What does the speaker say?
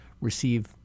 receive